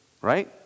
Right